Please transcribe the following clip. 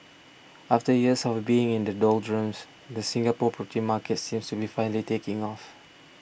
after years of being in the doldrums the Singapore property market seems to be finally taking off